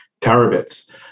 terabits